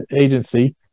agency